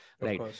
right